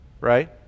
Right